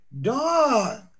dog